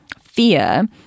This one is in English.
fear